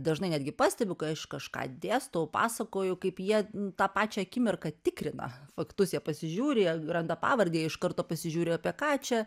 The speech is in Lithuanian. dažnai netgi pastebiu kai aš kažką dėstau pasakoju kaip jie tą pačią akimirką tikrina faktus jie pasižiūri randa pavardę jie iš karto pasižiūri apie ką čia